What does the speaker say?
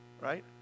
right